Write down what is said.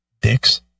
dicks